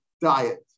diet